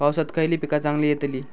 पावसात खयली पीका चांगली येतली?